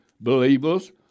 believers